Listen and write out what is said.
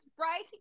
right